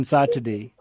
Saturday